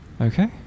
Okay